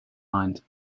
mind